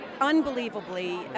unbelievably